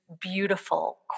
beautiful